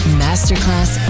masterclass